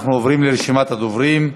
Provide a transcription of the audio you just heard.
אנחנו עוברים לרשימת הדוברים.